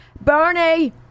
Bernie